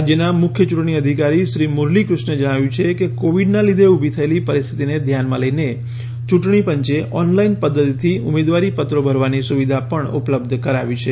રાજ્યના મુખ્ય ચૂંટણી અધિકારી શ્રી મુરલીકૃષ્ણે જણાવ્યું છે કે કોવીડના લીધે ઉભી થયેલી પરિસ્થીતીને ધ્યાનમાં લઈને ચૂંટણી પંચે ઓનલાઈન પદ્વતીથી ઉમેદવારી પત્રો ભરવાની સુવિધા પણ ઉપલબ્ધ કરાવી છે